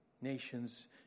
Nations